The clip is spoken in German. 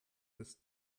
des